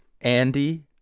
Andy